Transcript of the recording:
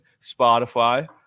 spotify